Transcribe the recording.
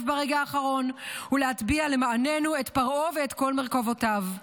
ברגע האחרון ולהטביע למעננו את פרעה ואת כל מרכבותיו.